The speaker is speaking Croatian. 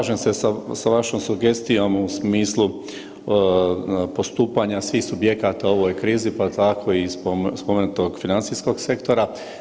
Slažem se sa vašom sugestijom u smislu postupanja svih subjekata u ovoj krizi pa tako i spomenutog financijskog sektora.